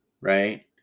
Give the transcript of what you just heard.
right